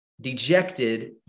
dejected